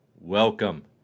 Welcome